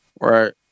Right